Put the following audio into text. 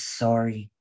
sorry